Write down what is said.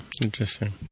Interesting